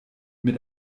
mit